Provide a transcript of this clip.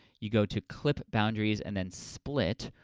you go to clip boundaries, and then split.